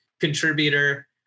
contributor